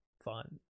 fun